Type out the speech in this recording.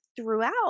throughout